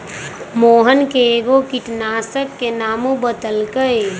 मोहन कै गो किटनाशी के नामो बतलकई